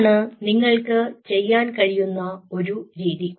അതാണ് നിങ്ങൾക്ക് ചെയ്യാൻ കഴിയുന്ന ഒരു രീതി